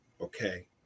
okay